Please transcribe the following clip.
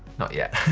not yet.